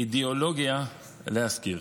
אידיאולוגיה להשכיר.